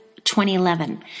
2011